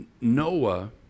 Noah